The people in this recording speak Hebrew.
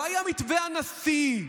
לא היה מתווה הנשיא,